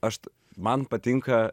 aš man patinka